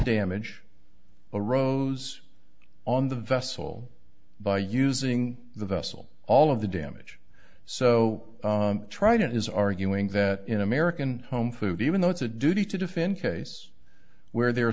damage arose on the vessel by using the vessel all of the damage so trite it is arguing that in american home food even though it's a duty to defend case where there are